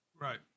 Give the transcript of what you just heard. Right